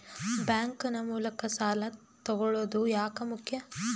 Bank ನ ಮೂಲಕ ಸಾಲ ತಗೊಳ್ಳೋದು ಯಾಕ ಮುಖ್ಯ?